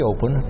Open